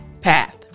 path